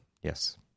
Yes